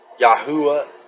Yahuwah